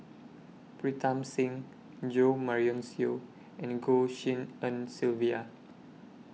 Pritam Singh Jo Marion Seow and Goh Tshin En Sylvia